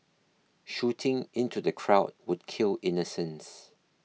shooting into the crowd would kill innocents